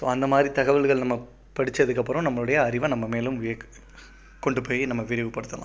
so அந்த மாதிரி தகவல்கள் நம்ம படிச்சதுக்கப்புறோம் நம்மளுடைய அறிவை நம்ம மேலும் வியக் கொண்டு போய் நம்ம விரிவு படுத்தலாம்